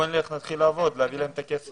בוא נלך להתחיל לעבוד להביא להם את הכסף.